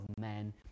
men